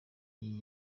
iyi